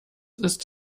ist